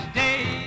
day